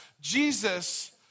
Jesus